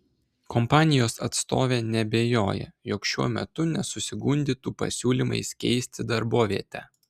kompanijos atstovė neabejoja jog šiuo metu nesusigundytų pasiūlymais keisti darbovietę